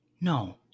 No